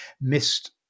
missed